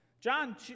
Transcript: John